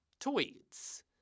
tweets